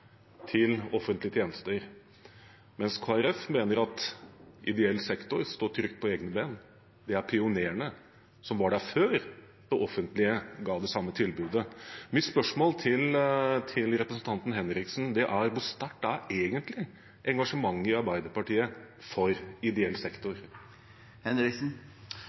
står trygt på egne ben – det er pionerene som var der før det offentlige ga det samme tilbudet. Mitt spørsmål til representanten Henriksen er: Hvor sterkt er egentlig engasjementet i Arbeiderpartiet for ideell sektor?